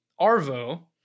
Arvo